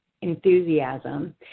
enthusiasm